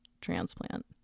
transplant